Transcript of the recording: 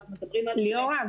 ליאורה,